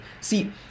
See